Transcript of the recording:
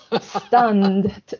stunned